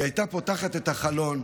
היא הייתה פותחת את החלון,